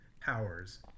powers